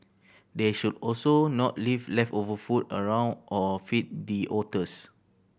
they should also not leave leftover food around or feed the otters